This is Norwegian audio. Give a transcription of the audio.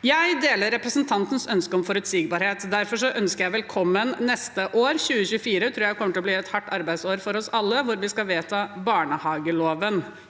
Jeg deler representantens ønske om forutsigbarhet. Derfor ønsker jeg neste år velkommen. Jeg tror 2024 kommer til å bli et hardt arbeidsår for oss alle, hvor vi skal vedta barnehageloven.